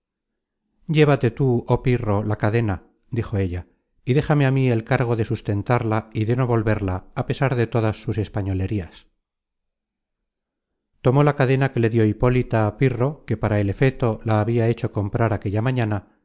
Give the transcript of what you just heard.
llévate tú oh pirro la cadena dijo ella y déjame á mí el cargo de sustentarla y de no volverla a pesar de todas sus españolerías tomó la cadena que le dió hipólita pirro que para el efeto la habia hecho comprar aquella mañana